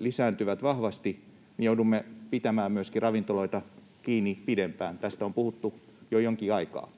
lisääntyvät vahvasti, joudumme pitämään myöskin ravintoloita kiinni pidempään. Tästä on puhuttu jo jonkin aikaa.